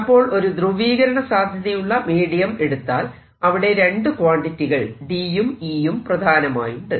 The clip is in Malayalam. അപ്പോൾ ഒരു ധ്രുവീകരണ സാധ്യതയുള്ള മീഡിയം എടുത്താൽ അവിടെ രണ്ടു ക്വാണ്ടിറ്റികൾ D യും E യും പ്രധാനമായുണ്ട്